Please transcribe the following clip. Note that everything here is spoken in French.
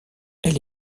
elle